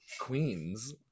queens